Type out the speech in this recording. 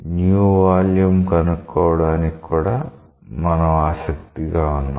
new volume కనుక్కోవడానికి కూడా మనం ఆసక్తిగా ఉన్నాం